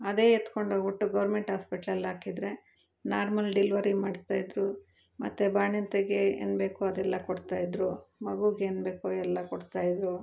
ಅದೇ ಎತ್ಕೊಂಡು ಹೋಗ್ಬಿಟ್ಟು ಗೋರ್ಮೆಂಟ್ ಹಾಸ್ಪಿಟ್ಲಲ್ಲಿ ಹಾಕಿದ್ರೆ ನಾರ್ಮಲ್ ಡಿಲ್ವರಿ ಮಾಡ್ತಾ ಇದ್ರು ಮತ್ತು ಬಾಣಂತಿಗೆ ಏನು ಬೇಕೊ ಅದೆಲ್ಲ ಕೊಡ್ತಾ ಇದ್ರು ಮಗುಗೆ ಏನು ಬೇಕೊ ಎಲ್ಲ ಕೊಡ್ತಾ ಇದ್ರು